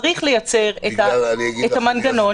צריך לייצר את המנגנון.